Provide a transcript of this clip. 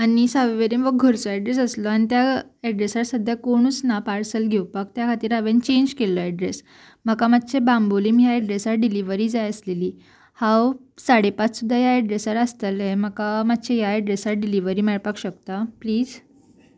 आनी सावंयवेरेम हो घरचो एड्रेस आसलो आनी त्या एड्रेसार सद्द्या कोणूच ना पार्सल घेवपाक त्या खातीर हांवेन चेंज केल्लो एड्रेस म्हाका मात्शे बांबोलीम ह्या एड्रेसार डिलिव्हरी जाय आसलेली हांव साडे पांच सुद्दां ह्या एड्रेसार आसतले म्हाका मात्शे ह्या एड्रेसार डिलिव्हरी मेळपाक शकता प्लीज